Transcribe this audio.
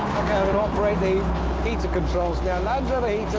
operate the heater controls. now, land